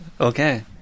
Okay